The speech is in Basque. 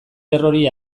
errori